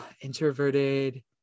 introverted